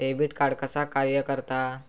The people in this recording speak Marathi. डेबिट कार्ड कसा कार्य करता?